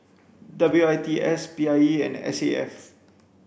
W I T S P I E and S A F